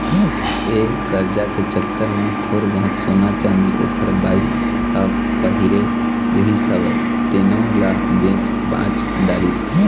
ये करजा के चक्कर म थोर बहुत सोना, चाँदी ओखर बाई ह पहिरे रिहिस हवय तेनो ल बेच भांज डरिस